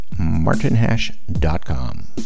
martinhash.com